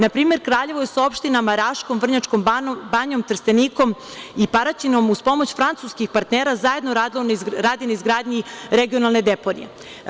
Na primer, Kraljevo je sa opštinama Raškom, Vrnjačkom Banjom, Trstenikom i Paraćinom, uz pomoć francuskih partnera, zajedno radilo na izgradnji regionalne deponije.